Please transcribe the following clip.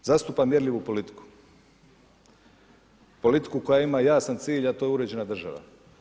Zastupam mjerljivu politiku, politiku koja ima jasan cilj a to je uređena država.